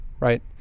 Right